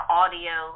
audio